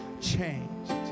changed